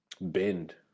bend